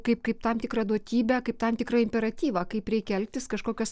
kaip kaip tam tikrą duotybę kaip tam tikrą imperatyvą kaip reikia elgtis kažkokios